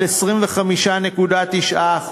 25.9%,